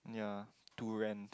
yea durian